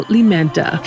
Limenta